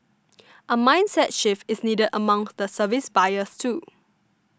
a mindset shift is needed among the service buyers too